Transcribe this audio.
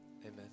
Amen